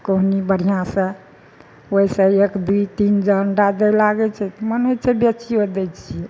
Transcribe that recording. कहुना बढ़िऑं से ओहिसे एक दुइ तीन जे अंडा दै लागै छै तऽ मन होइ छै बेचियो दै छियै